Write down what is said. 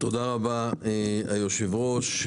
תודה רבה, היושב-ראש.